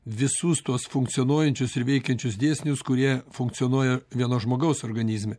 visus tuos funkcionuojančius ir veikiančius dėsnius kurie funkcionuoja vieno žmogaus organizme